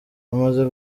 amaze